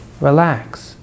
relax